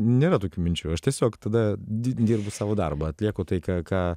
nėra tokių minčių aš tiesiog tada di dirbu savo darbą atlieku tai ką ką